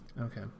okay